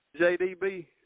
jdb